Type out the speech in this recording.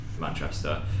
Manchester